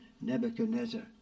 nebuchadnezzar